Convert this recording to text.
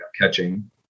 catching